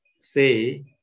say